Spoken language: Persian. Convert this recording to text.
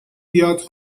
بیاد